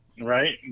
Right